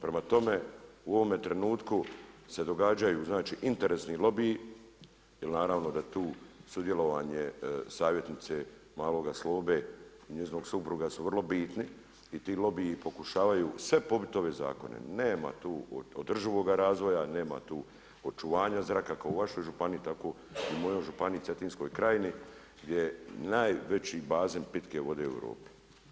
Prema tome, u ovome trenutku se događaju znači, interesni lobiji, jer naravno da tu sudjelovanje savjetnice maloga Slobe i njezinog supruga su vrlo bitni i ti lobiji pokušavaju sve pobiti ove zakone, nema tu održivoga razvoja, nema tu očuvanja zraka kako u vašoj županiji, tako i u mojoj županiji Cetinskoj krajini, gdje je najveći bazenom pitke vode u Europi.